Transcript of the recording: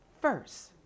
first